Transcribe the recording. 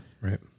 right